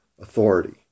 authority